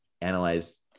analyze